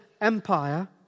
Empire